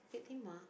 Bukit-Timah